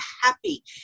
happy